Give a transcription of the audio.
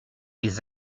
les